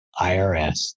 IRS